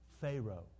Pharaoh